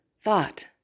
thought